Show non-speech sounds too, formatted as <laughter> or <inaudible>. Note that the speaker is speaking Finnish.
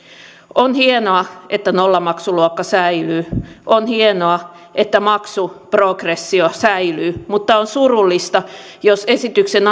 on hienoa että nollamaksuluokka säilyy on hienoa että maksuprogressio säilyy mutta on surullista jos esityksen <unintelligible>